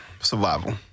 survival